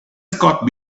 scott